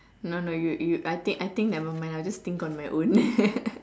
no no you you I think I think nevermind I'll just think on my own